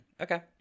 Okay